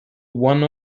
one